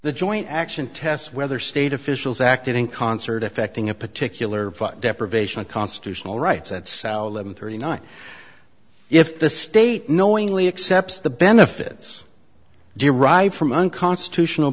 the joint action test whether state officials acted in concert effecting a particular deprivation of constitutional rights at salim thirty nine if the state knowingly accepts the benefits derives from unconstitutional